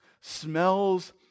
smells